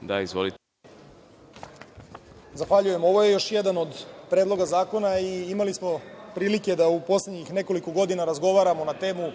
(Da.) Izvolite. **Balša Božović** Zahvaljujem. Ovo je još jedan od predloga zakona i imali smo prilike da u poslednjih nekoliko godina razgovaramo na temu